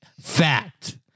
fact